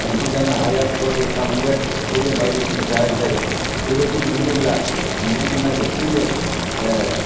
ओंखाम जानो हाया खुगा गोखा मोनगोन बिबादि बायदिसिना जाय जागोन बेबायदि मोनोब्ला नोंथांमोना गोख्रैनो